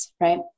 right